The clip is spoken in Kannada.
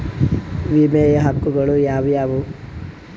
ವಿಮೆಯ ಹಕ್ಕುಗಳು ಯಾವ್ಯಾವು?